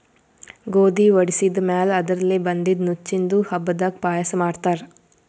ಗೋಧಿ ವಡಿಸಿದ್ ಮ್ಯಾಲ್ ಅದರ್ಲೆ ಬಂದಿದ್ದ ನುಚ್ಚಿಂದು ಹಬ್ಬದಾಗ್ ಪಾಯಸ ಮಾಡ್ತಾರ್